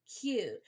cute